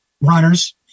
runners